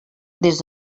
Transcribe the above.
des